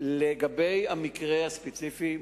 לגבי המקרה הספציפי,